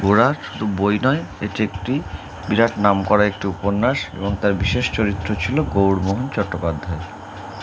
গোরা বইনয় এটি একটি বিরাট নাম করা একটি উপন্যাস এবং তার বিশেষ চরিত্র ছিলো গৌরমোহন চট্টোপাধ্যায়